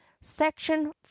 Section